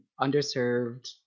underserved